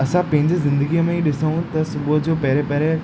असां पंहिंजी ज़िंदगीअ में ई ॾिसूं त सुबुह जो पहिरें पहिरें